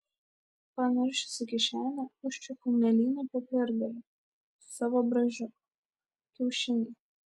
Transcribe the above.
panaršiusi kišenę užčiuopiu mėlyną popiergalį su savo braižu kiaušiniai